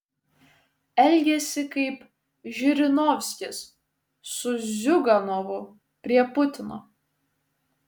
elgiasi kaip žirinovskis su ziuganovu prie putino